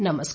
नमस्कार